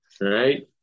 Right